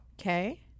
Okay